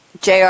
JR